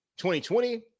2020